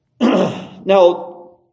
Now